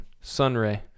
Sunray